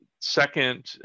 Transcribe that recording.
second